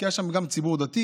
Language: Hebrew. כי היה שם גם ציבור דתי,